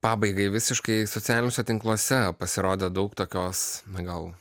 pabaigai visiškai socialiniuose tinkluose pasirodė daug tokios gal